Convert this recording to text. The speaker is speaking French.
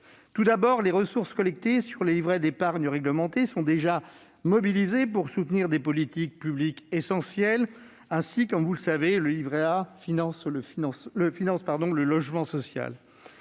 En effet, les ressources collectées sur les livrets d'épargne réglementée sont déjà mobilisées pour soutenir des politiques publiques essentielles. Ainsi, comme vous le savez, le livret A finance le logement social.